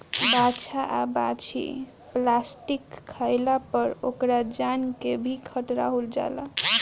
बाछा आ बाछी प्लास्टिक खाइला पर ओकरा जान के भी खतरा हो जाला